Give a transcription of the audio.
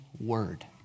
word